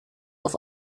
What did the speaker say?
auf